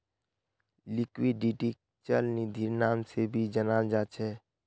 लिक्विडिटीक चल निधिर नाम से भी जाना जा छे